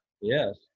Yes